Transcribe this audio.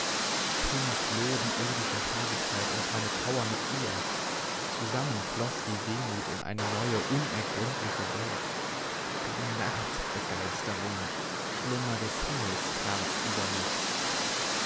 hin floh die irdische herrlichkeit und meine trauer mit ihr zusammen floß die wehmut in eine neue unergründliche welt du nachtbegeisterung schlummer des himmels kamst über mich